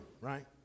right